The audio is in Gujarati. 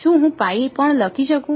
શું હું પણ લખી શકું